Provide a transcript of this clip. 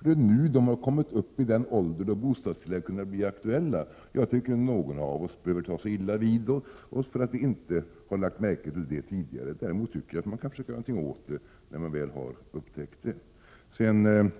Det är nu dessa personer har kommit upp i den ålder då kommunalt bostadstillägg börjar bli aktuellt. Jag tycker inte att någon av oss behöver ta illa vid sig för att vi inte lagt märke till det tidigare. Däremot tycker jag att man kan försöka göra någonting åt det, när man väl har upptäckt problemet.